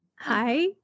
Hi